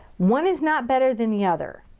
one is not better than the other.